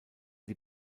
die